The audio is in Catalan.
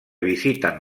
visiten